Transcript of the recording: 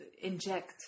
inject